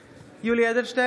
(קוראת בשמות חברי הכנסת) יולי יואל אדלשטיין,